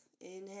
Inhale